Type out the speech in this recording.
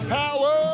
power